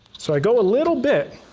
so i go a little bit,